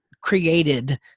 created